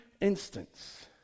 instance